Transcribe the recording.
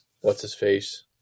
what's-his-face